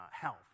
health